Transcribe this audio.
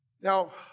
Now